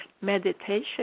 meditation